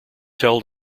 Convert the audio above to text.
held